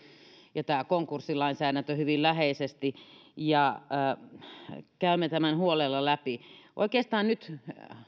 ja tämä konkurssilainsäädäntö hyvin läheisesti käymme tämän huolella läpi oikeastaan nyt